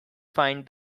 find